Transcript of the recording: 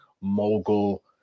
Mogul